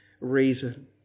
reason